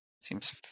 seems